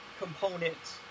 components